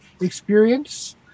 experience